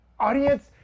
audience